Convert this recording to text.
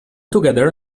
together